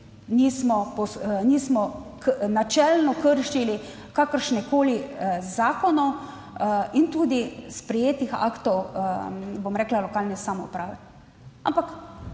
nismo načelno kršili kakršnekoli zakonov in tudi sprejetih aktov, bom rekla, lokalne samouprave.